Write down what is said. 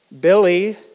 Billy